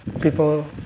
people